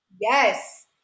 Yes